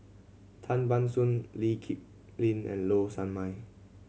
Tan Ban Soon Lee Kip Lin and Low Sanmay